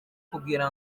kugira